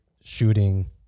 shooting